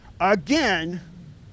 again